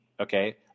okay